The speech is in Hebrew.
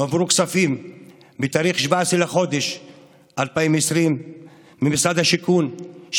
הועברו כספים ב-17 לחודש יולי 2020 ממשרד השיכון,